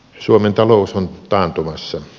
suomen talous on taantumassa